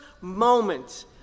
moment